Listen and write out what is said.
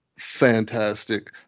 fantastic